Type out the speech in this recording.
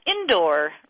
indoor